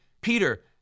peter